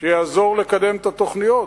שיעזור לקדם את התוכניות,